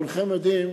כולכם יודעים